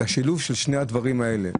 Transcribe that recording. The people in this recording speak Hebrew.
השילוב של שני הדברים הללו,